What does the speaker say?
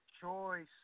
choice